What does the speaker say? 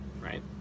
right